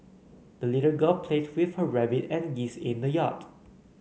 the little girl played with her rabbit and geese in the yard